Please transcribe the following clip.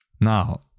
Now